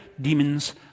demons